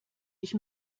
ich